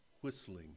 whistling